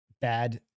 bad